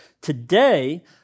Today